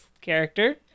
character